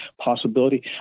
possibility